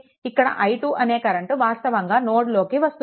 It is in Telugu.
ఇక్కడ i2 అనే కరెంట్ వాస్తవంగా నోడ్ లోకి వస్తుంది